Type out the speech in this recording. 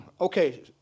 Okay